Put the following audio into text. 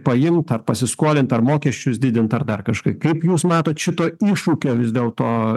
paimt ar pasiskolint ar mokesčius didint ar dar kažkaip kaip jūs matot šito iššūkio vis dėlto